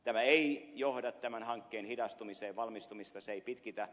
tämä ei johda tämän hankkeen hidastumiseen valmistumista se ei pitkitä